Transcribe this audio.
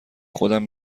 خودم